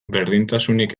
berdintasunik